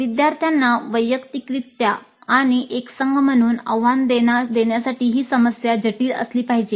विद्यार्थ्यांना वैयक्तिकरित्या आणि एक संघ म्हणून आव्हान देण्यासाठी ही समस्या जटिल असली पाहिजे